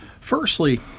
Firstly